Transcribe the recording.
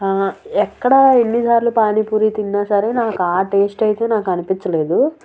ఎక్కడ ఎన్నిసార్లు పానీపూరి తిన్నా సరే నాకు ఆ టేస్ట్ అయితే నాకు అనిపించలేదు